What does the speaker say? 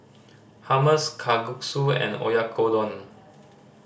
Hummus Kalguksu and Oyakodon